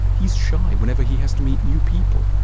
he is shy whenever he has to meet new people,